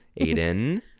Aiden